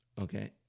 okay